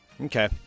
Okay